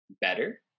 better